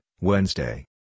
Wednesday